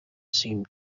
seemed